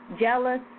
jealous